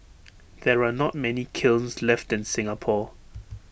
there are not many kilns left in Singapore